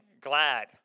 glad